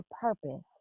purpose